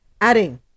Adding